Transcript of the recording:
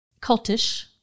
Cultish